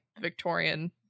Victorian